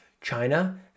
China